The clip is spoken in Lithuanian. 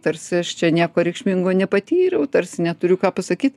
tarsi aš čia nieko reikšmingo nepatyriau tarsi neturiu ką pasakyt